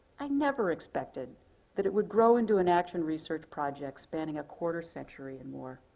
i never expected that it would grow into an action research project spanning a quarter century and more.